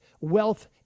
wealth